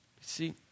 See